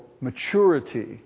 maturity